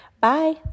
Bye